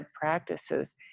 practices